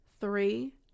Three